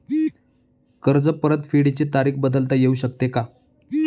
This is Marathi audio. कर्ज परतफेडीची तारीख बदलता येऊ शकते का?